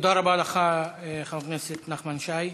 תודה רבה לך, חבר הכנסת נחמן שי.